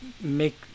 make